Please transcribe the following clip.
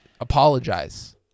apologize